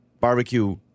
barbecue